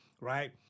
right